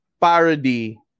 parody